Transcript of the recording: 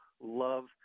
love